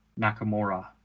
Nakamura